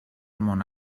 món